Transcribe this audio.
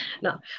no